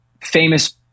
famous